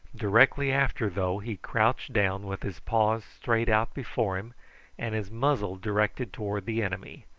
directly after, though, he crouched down with his paws straight out before him and his muzzle directed towards the enemy,